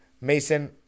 Mason